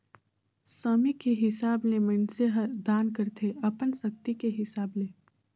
समे के हिसाब ले मइनसे हर दान करथे अपन सक्ति के हिसाब ले